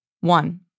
one